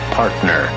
partner